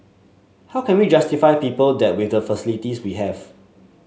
how can we justify people that with the facilities we have